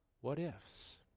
What-ifs